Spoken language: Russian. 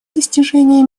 достижение